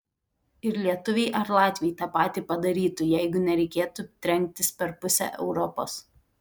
ir lietuviai ar latviai tą patį padarytų jeigu nereikėtų trenktis per pusę europos